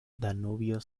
danubio